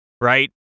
right